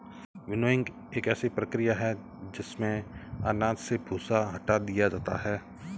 winnowing एक ऐसी प्रक्रिया है जिसमें अनाज से भूसा हटा दिया जाता है